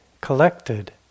collected